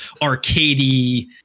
arcadey